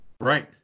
Right